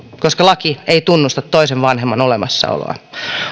koska laki ei tunnusta toisen vanhemman olemassaoloa